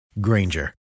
Granger